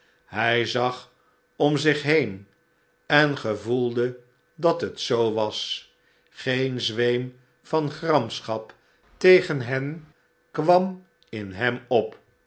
hij zag om zich heen en gevoelde dat het zoo was geen zweem van gramschap tegen hen kwam in hem op